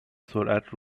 سرعت